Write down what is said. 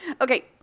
Okay